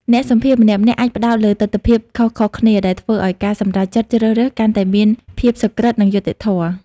អ្នកសម្ភាសន៍ម្នាក់ៗអាចផ្តោតលើទិដ្ឋភាពខុសៗគ្នា ដែលធ្វើឲ្យការសម្រេចចិត្តជ្រើសរើសកាន់តែមានភាពសុក្រឹត និងយុត្តិធម៌។